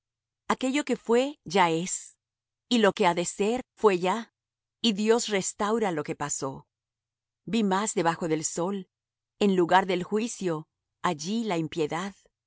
aquello que fué ya es y lo que ha de ser fué ya y dios restaura lo que pasó vi más debajo del sol en lugar del juicio allí la impiedad